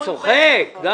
אני צוחק.